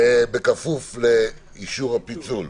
להצבעה, בכפוף לאישור הפיצול.